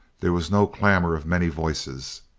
there was no clamor of many voices.